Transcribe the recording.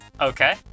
Okay